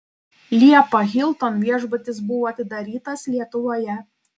liepą hilton viešbutis buvo atidarytas lietuvoje